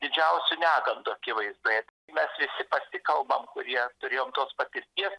didžiausių negandų akivaizdoj mes visi pasikalbam kurie turėjom tos patirties